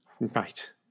Right